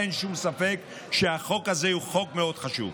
אין שום ספק שהחוק הזה הוא חוק מאוד חשוב.